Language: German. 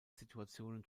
situationen